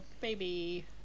baby